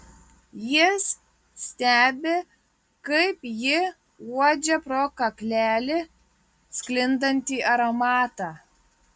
jis stebi kaip ji uodžia pro kaklelį sklindantį aromatą